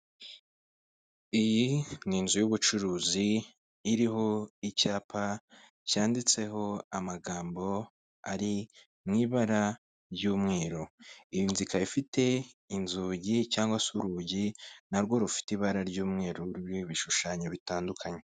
Iyi ni inzu y'ubucuruzi iriho icyapa cyanditseho amagambo ari mu ibara ry'umweru, iyi nzu ikaba ifite inzugi cyangwa se urugi na rwo rufite ibara ry'umweru ruriho ibishushanyo bitandukanye.